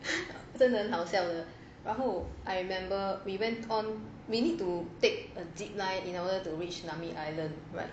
真的很好笑的然后 I remember we went on we need to take a zipline in order to reach nami island right